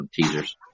teasers